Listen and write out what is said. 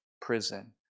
prison